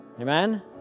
Amen